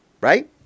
Right